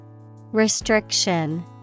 Restriction